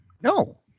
No